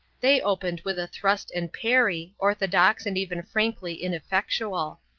they opened with a thrust and parry, orthodox and even frankly ineffectual.